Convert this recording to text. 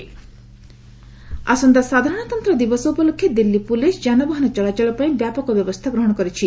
ଆର୍ day traffic ଆସନ୍ତା ସାଧାରଣତନ୍ତ୍ର ଦିବସ ଉପଲକ୍ଷେ ଦିଲ୍ଲୀ ପୁଲିସ୍ ଯାନବାହନ ଚଳାଚଳ ପାଇଁ ବ୍ୟାପକ ବ୍ୟବସ୍ଥା ଗ୍ରହଣ କରିଛି